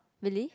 really